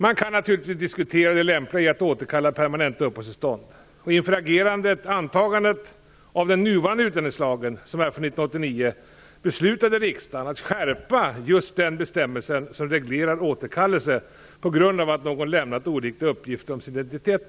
Man kan naturligtvis diskutera det lämpliga i att återkalla permanenta uppehållstillstånd. Inför antagandet av den nuvarande utlänningslagen, som är från 1989, beslutade riksdagen att skärpa just den bestämmelse som reglerar återkallelse på grund av att någon lämnat oriktiga uppgifter om sin identitet.